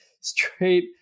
straight